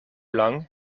lang